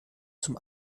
zum